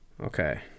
Okay